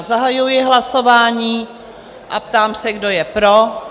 Zahajuji hlasování a ptám se, kdo je pro?